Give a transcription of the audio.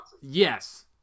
Yes